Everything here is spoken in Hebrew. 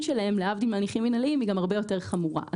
שלהם - להבדיל מהליכים מינהליים היא גם הרבה יותר חמורה.